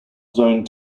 zoned